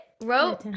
Wrote